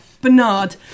Bernard